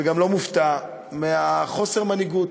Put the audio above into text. וגם לא מופתע, מחוסר המנהיגות,